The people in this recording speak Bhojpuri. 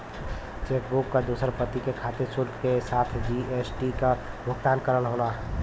चेकबुक क दूसर प्रति के खातिर शुल्क के साथ जी.एस.टी क भुगतान करना होला